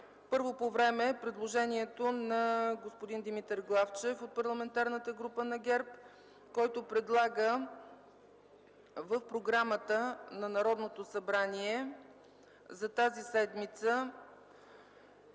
първо по време е предложението на господин Димитър Главчев от Парламентарната група на ГЕРБ, който предлага в програмата на Народното събрание за тази седмица